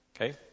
Okay